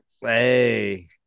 Hey